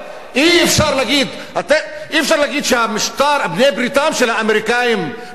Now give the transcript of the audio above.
אי-אפשר להגיד שבעלי-בריתם של האמריקנים באזור,